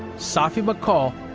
safi bahcall,